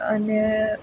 અને